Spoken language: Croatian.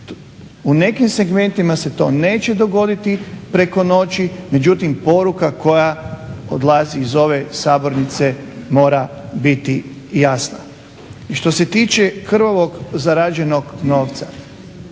U nekim segmentima se to neće dogoditi preko noći, međutim poruka koja odlazi iz ove sabornice mora biti jasna. Što se tiče krvavo zarađenog novca